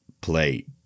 play